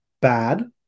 bad